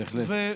בהחלט.